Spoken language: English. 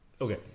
Okay